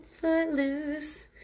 Footloose